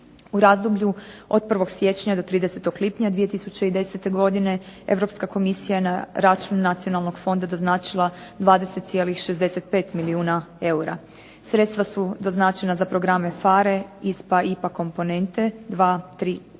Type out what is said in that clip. u razdoblju od 1. siječnja do 30. lipnja 2010. godine Europska Komisija je na račun nacionalnog fonda doznačila 20,65 milijuna eura. Sredstva su doznačena za programe PHARE, ISPA, IPA komponente 2,